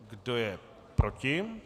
Kdo je proti?